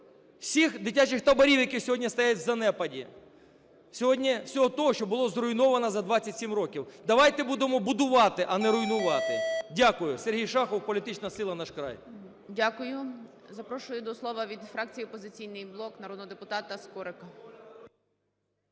Всіх дитячих таборів, які сьогодні стоять в занепаді, всього того, що було зруйновано за 27 років. Давайте будемо будувати, а не руйнувати. Дякую. Сергій Шахов, політична сила "Наш край". ГОЛОВУЮЧИЙ. Дякую. Запрошую до слова від фракції "Опозиційний блок" народного депутата Скорика.